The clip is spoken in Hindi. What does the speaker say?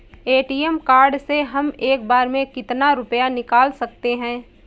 ए.टी.एम कार्ड से हम एक बार में कितना रुपया निकाल सकते हैं?